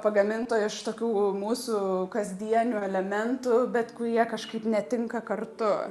pagaminto iš tokių mūsų kasdienių elementų bet kurie kažkaip netinka kartu